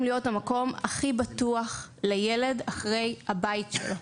להיות המקום הכי בטוח לילד אחרי הבית שלו.